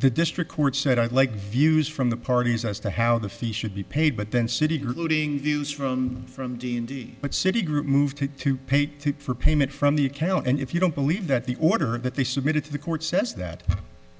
the district court said i'd like views from the parties as to how the fee should be paid but then city looting views from from d n d but citi group moved to paid for payment from the account and if you don't believe that the order that they submitted to the court says that